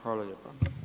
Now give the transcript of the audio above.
Hvala lijepa.